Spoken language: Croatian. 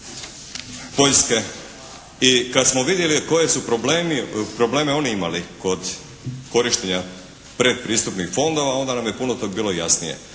I kad smo vidjeli koje su probleme oni imali kod korištenja predpristupnih fondova onda nam je puno toga bilo jasnije.